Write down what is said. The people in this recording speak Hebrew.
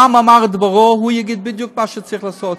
העם אמר את דברו, הוא יגיד בדיוק מה שצריך לעשות.